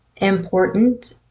important